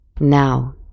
Now